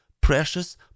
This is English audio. precious